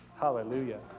Hallelujah